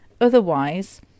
otherwise